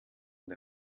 und